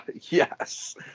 Yes